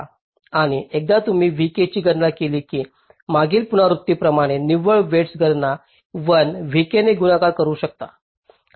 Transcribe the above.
आणि एकदा तुम्ही vk ची गणना केली की मागील पुनरावृत्ती प्रमाणे निव्वळ वेईटस गणना 1 vk ने गुणाकार करू शकता